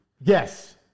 Yes